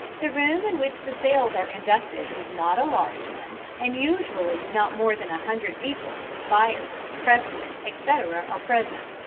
the room in which the sales are conducted is not a large one, and usually not more than a hundred people, buyers, pressmen, etc, are present.